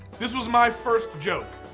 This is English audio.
this was my first joke.